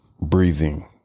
breathing